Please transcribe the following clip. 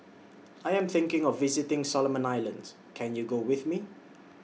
I Am thinking of visiting Solomon Islands Can YOU Go with Me